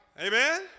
Amen